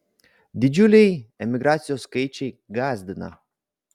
didžiuliai emigracijos skaičiai gąsdina